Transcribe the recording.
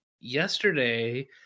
Yesterday